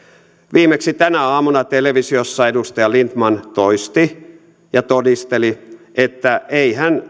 viimeksi tänä aamuna televisiossa edustaja lindtman toisti ja todisteli että eihän